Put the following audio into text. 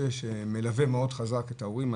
שמלווה מאוד חזק את ההורים.